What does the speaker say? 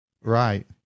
Right